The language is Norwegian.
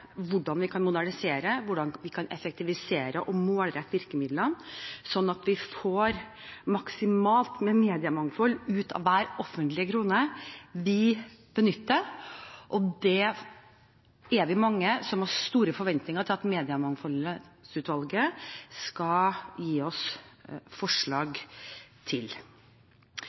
hvordan vi kan modernisere, hvordan vi kan effektivisere og målrette virkemidlene, slik at vi får maksimalt med mediemangfold ut av hver offentlige krone vi benytter, og det er vi mange som har store forventninger til at Mediemangfoldsutvalget skal gi oss forslag til.